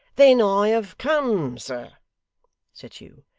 then i have come, sir said hugh,